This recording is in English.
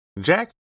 Jack